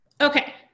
Okay